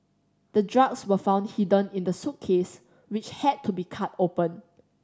the drugs were found hidden in the suitcase which had to be cut open